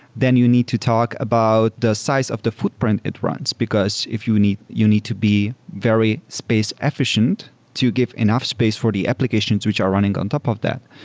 then you need to talk about the size of the footprint it runs, because you need you need to be very space efficient to give enough space for the applications which are running on top of that.